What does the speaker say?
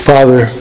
Father